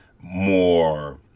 More